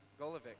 Golovic